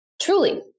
truly